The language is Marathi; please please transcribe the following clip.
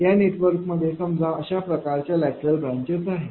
या नेटवर्क मध्ये समजा अशा प्रकारच्या लॅटरल ब्रांचेस आहेत